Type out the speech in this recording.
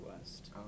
West